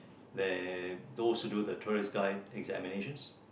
they're supposed to do the tourist guide examinations